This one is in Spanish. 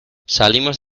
salimos